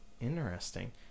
Interesting